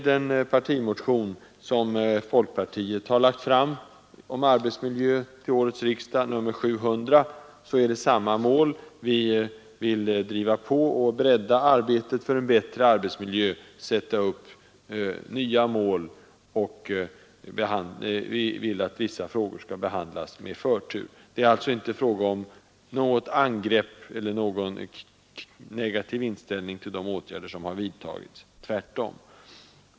Den partimotion, nr 700, som folkpartiet lagt fram om arbetsmiljö till årets riksdag, har samma syfte: Vi vill driva på och bredda arbetet för en bättre arbetsmiljö, sätta upp nya mål, och vi vill att vissa frågor skall behandlas med förtur. Det är alltså inte fråga om något angrepp på, eller någon negativ inställning till, de åtgärder som har vidtagits. Tvärtom!